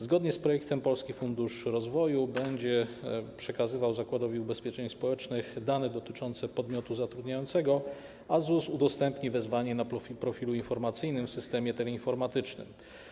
Zgodnie z projektem Polski Fundusz Rozwoju będzie przekazywał Zakładowi Ubezpieczeń Społecznych dane dotyczące podmiotu zatrudniającego, a ZUS udostępni wezwanie na profilu informacyjnym w systemie teleinformatycznym.